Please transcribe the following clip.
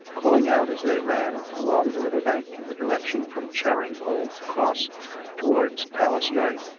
calling out as they ran, along the river-bank in the direction from charing old cross towards palace yard.